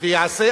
וייעשה,